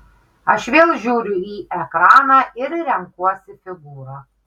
aš vėl žiūriu į ekraną ir renkuosi figūrą